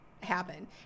happen